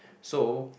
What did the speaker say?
so